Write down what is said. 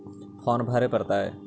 Farm भरे परतय?